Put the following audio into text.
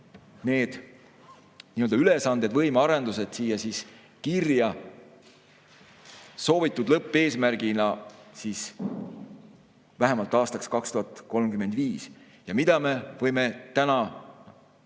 need ülesanded ja võimearendused siia kirja, soovitud lõppeesmärgiga vähemalt aastaks 2035. Mida me võime täna